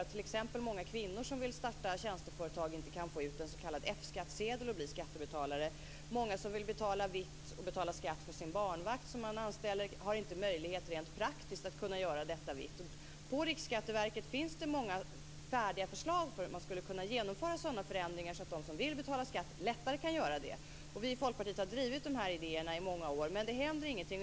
T.ex. kan många kvinnor som vill starta tjänsteföretag och bli skattebetalare inte få ut en s.k. F-skattsedel. Många vill betala vitt och skatta för den barnvakt som man anställer men har rent praktiskt inte möjlighet att göra detta. På Riksskatteverket finns det många färdiga förslag för hur man skulle kunna genomföra sådana förändringar att de som vill betala skatt lättare kan göra det. Vi i Folkpartiet har drivit de här idéerna i många år, men det händer ingenting.